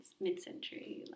mid-century